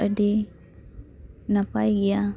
ᱟᱹᱰᱤ ᱱᱟᱯᱟᱭ ᱜᱮᱭᱟ